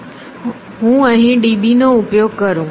હું અહીં d b નો ઉપયોગ કરું